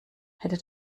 hätte